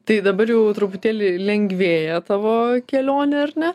tai dabar jau truputėlį lengvėja tavo kelionė ar ne